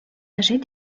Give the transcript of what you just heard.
âgés